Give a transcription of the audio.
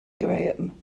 graham